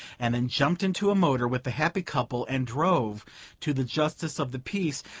and then jumped into a motor with the happy couple and drove to the justice of the peace,